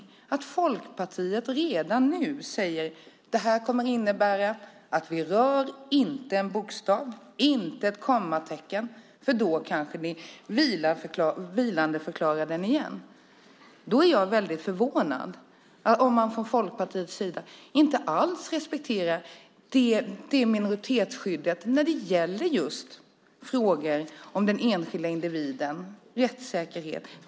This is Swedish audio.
Folkpartiet säger redan nu att det här kommer att innebära att man inte rör en bokstav i förslaget, inte ett kommatecken, för då kanske det vilandeförklaras igen. Jag är väldigt förvånad om man från Folkpartiets sida inte alls respekterar minoritetsskyddet när det gäller frågor om den enskilde individens rättssäkerhet.